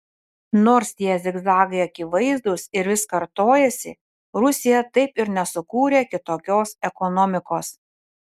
nors tie zigzagai akivaizdūs ir vis kartojasi rusija taip ir nesukūrė kitokios ekonomikos